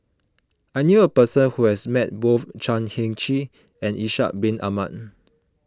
I knew a person who has met both Chan Heng Chee and Ishak Bin Ahmad